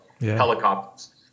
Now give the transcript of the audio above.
helicopters